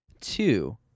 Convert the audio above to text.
Two